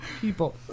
people